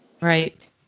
Right